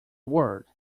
word